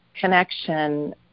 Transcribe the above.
connection